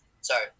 Sorry